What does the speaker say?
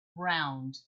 round